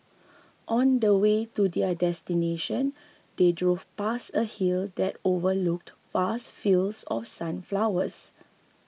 on the way to their destination they drove past a hill that overlooked vast fields of sunflowers